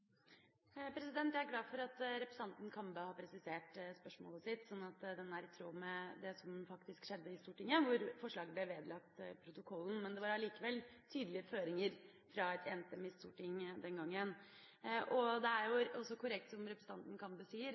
Jeg er glad for at representanten Kambe har presisert spørsmålet sitt, slik at det er i tråd med det som faktisk skjedde i Stortinget, hvor forslaget ble vedlagt protokollen. Men det var allikevel tydelige føringer fra et enstemmig storting den gangen. Det er også korrekt, som representanten Kambe sier,